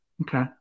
Okay